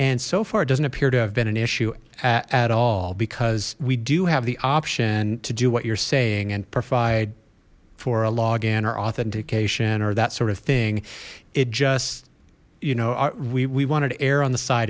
and so far it doesn't appear to have been an issue at all because we do have the option to do what you're saying and provide for a login or authentication or that sort of thing it just you know we we wanted err on the side